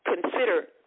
consider